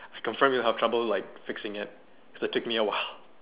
I confirm you have trouble like fixing it cause it took me a while